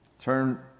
Turn